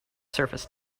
surface